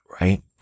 right